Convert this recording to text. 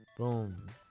Boom